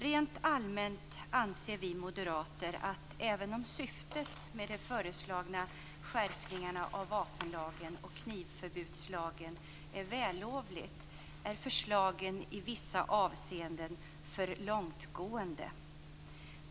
Rent allmänt anser vi moderater att även om syftet med de föreslagna skärpningarna av vapenlagen och knivförbudslagen är vällovligt är förslagen i vissa avseenden för långtgående.